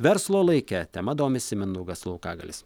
verslo laike tema domisi mindaugas laukagalis